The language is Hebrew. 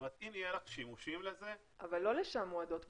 זאת אומרת אם יהיה לך שימושים לזה --- אבל לא לשם מועדות פנינו.